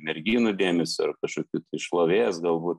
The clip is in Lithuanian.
merginų dėmesio ar kažkokių šlovės galbūt